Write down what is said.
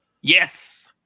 Yes